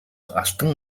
алтан